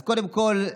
אז קודם כול,